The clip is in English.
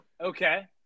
Okay